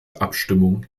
abstimmung